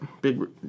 big